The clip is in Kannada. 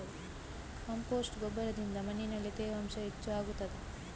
ಕಾಂಪೋಸ್ಟ್ ಗೊಬ್ಬರದಿಂದ ಮಣ್ಣಿನಲ್ಲಿ ತೇವಾಂಶ ಹೆಚ್ಚು ಆಗುತ್ತದಾ?